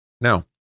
Now